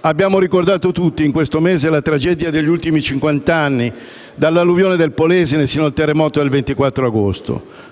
Abbiamo ricordato tutti, in questo mese, le tragedie degli ultimi cinquant'anni, dall'alluvione del Polesine fino al terremoto del 24 agosto,